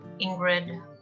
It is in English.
Ingrid